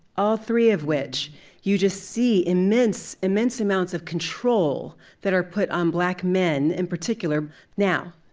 all three of which you just see immense, immense amount of control that are put on black men in particular now,